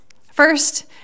First